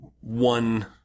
one